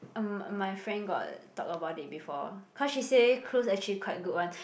um my friend got talk about it before cause she say cruise actually quite good one